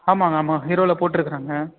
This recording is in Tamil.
ஆமாம்ங்க ஆமாம் ஹீரோவில போட்டுருக்கிறேங்க